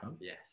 Yes